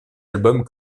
album